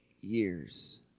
years